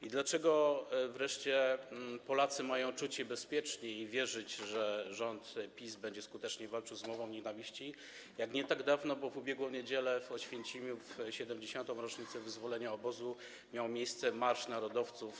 I dlaczego wreszcie Polacy mają czuć się bezpiecznie i wierzyć, że rząd PiS będzie skuteczniej walczył z mową nienawiści, skoro nie tak dawno, bo w ubiegłą niedzielę w Oświęcimiu w 70. rocznicę wyzwolenia obozu miał miejsce marsz narodowców.